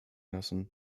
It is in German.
lassen